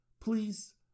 please